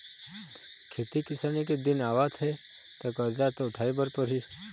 खेती किसानी के दिन आवत हे त करजा तो उठाए बर परही